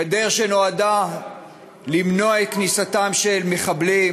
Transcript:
גדר שנועדה למנוע את כניסתם של מחבלים,